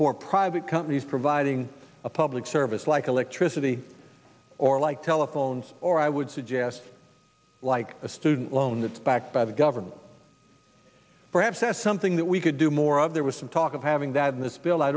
for private companies providing a public service like electricity or like telephones or i would suggest like a student loan that's backed by the government perhaps that's something that we could do more of there was some talk of having that in this bil